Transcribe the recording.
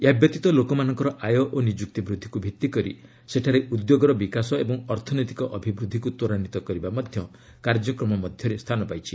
ଏହାବ୍ୟତୀତ ଲୋକମାନଙ୍କର ଆୟ ଓ ନିଯୁକ୍ତି ବୃଦ୍ଧିକୁ ଭିତ୍ତିକରି ସେଠାରେ ଉଦ୍ୟୋଗର ବିକାଶ ଏବଂ ଅର୍ଥନୈତିକ ଅଭିବୃଦ୍ଧିକୁ ତ୍ୱରାନ୍ୱିତ କରିବା ମଧ୍ୟ କାର୍ଯ୍ୟକ୍ରମ ମଧ୍ୟରେ ସ୍ଥାନ ପାଇଛି